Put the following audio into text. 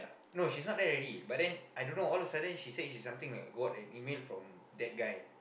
no she's not there already but then I don't know all a sudden she said she something like got an email from that guy